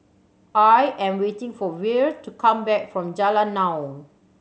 I am waiting for Vere to come back from Jalan Naung